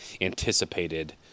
anticipated